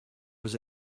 was